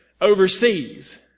overseas